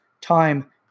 time